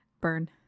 Burn